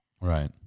Right